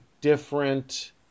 different